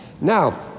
now